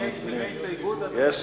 של מי ההסתייגות, אדוני היושב-ראש?